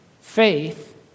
faith